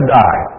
die